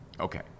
Okay